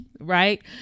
right